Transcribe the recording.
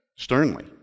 Sternly